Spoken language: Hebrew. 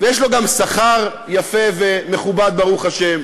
ויש לו גם שכר יפה ומכובד, ברוך השם,